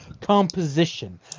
composition